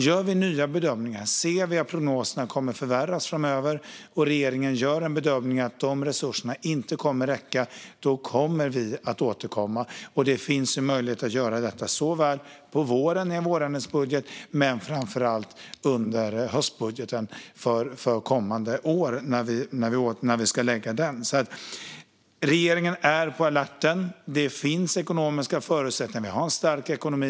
Ser regeringen att prognoserna kommer att förvärras framöver och gör en bedömning att dessa resurser inte kommer att räcka till återkommer vi. Det finns möjlighet att göra det i vårändringsbudgeten och framför allt när vi lägger fram höstbudgeten för kommande år. Regeringen är på alerten, och det finns ekonomiska förutsättningar tack vare Sveriges starka ekonomi.